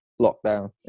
lockdown